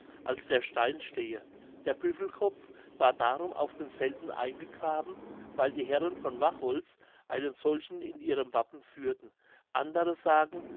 als der stein stehe der büffelkopf war darum auf denselben eingegraben weil die herren von wachholz einen solchen in ihrem wappen führten andere sagen